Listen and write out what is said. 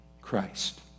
Christ